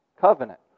covenant